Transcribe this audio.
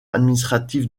administratif